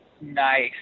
Nice